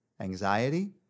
anxiety